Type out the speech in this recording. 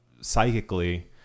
psychically